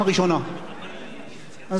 אז, אדוני היושב-ראש, אתה יודע,